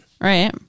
Right